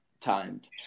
Timed